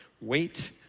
Wait